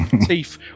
Teeth